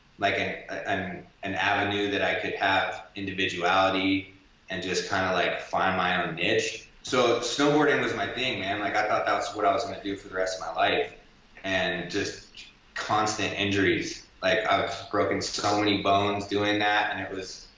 like an um avenue that i could have individuality and just kind of like find my own niche so snowboarding was my thing, man. like i thought that's what i was gonna do for the rest of my life and just constant injuries, like i've broken so many bones doing that and it was